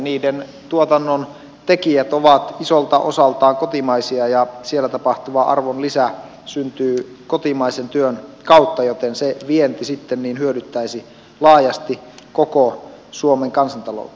niiden tuotannontekijät ovat isolta osaltaan kotimaisia ja siellä tapahtuva arvonlisä syntyy kotimaisen työn kautta joten se vienti sitten hyödyttäisi laajasti koko suomen kansantaloutta